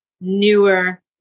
newer